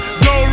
go